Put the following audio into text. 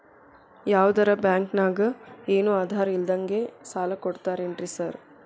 ಯಾವದರಾ ಬ್ಯಾಂಕ್ ನಾಗ ಏನು ಆಧಾರ್ ಇಲ್ದಂಗನೆ ಸಾಲ ಕೊಡ್ತಾರೆನ್ರಿ ಸಾರ್?